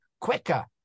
quicker